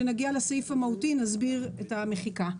כאשר נגיע לסעיף המהותי נסביר את המחיקה.